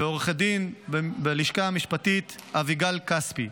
ולעורכת הדין בלשכה המשפטית אביגל כספי.